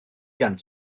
gan